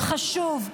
חשוב.